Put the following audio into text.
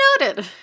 noted